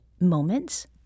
moments